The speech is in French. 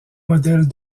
modèles